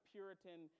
Puritan